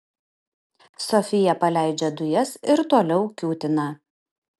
sofija paleidžia dujas ir toliau kiūtina